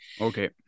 okay